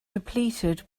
depleted